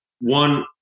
one